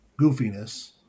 goofiness